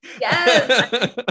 Yes